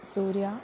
സൂര്യ